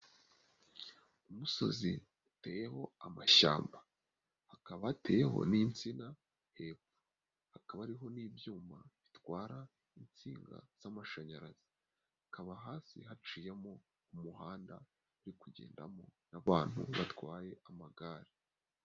Umusozi uteyeho amashyamba, hakaba hateyeho n'insina hepfo hakaba ariho n'ibyuma bitwara insinga z'amashanyarazi, hakaba hasi haciyemo umuhanda uri kugendamo n'abantu batwaye amagare.